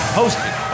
hosted